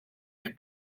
eich